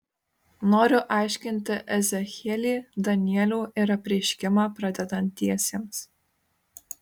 noriu aiškinti ezechielį danielių ir apreiškimą pradedantiesiems